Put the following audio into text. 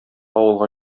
авылга